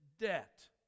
debt